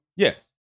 Yes